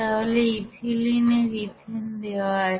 তাহলে ইথিলিনের ইথেন দেওয়া আছে